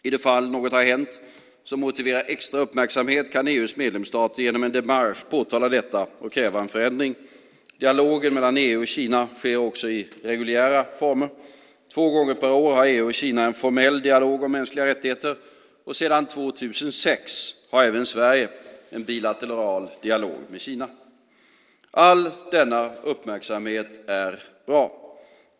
I de fall något har hänt som motiverar extra uppmärksamhet kan EU:s medlemsstater genom en demarsch påtala detta och kräva en förändring. Dialogen mellan EU och Kina sker också i reguljära former. Två gånger per år har EU och Kina en formell dialog om mänskliga rättigheter. Sedan 2006 har även Sverige en bilateral dialog med Kina. All denna uppmärksamhet är bra.